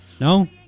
No